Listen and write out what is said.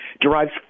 derives